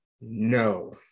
No